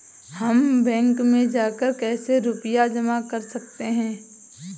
हम बैंक में जाकर कैसे रुपया जमा कर सकते हैं?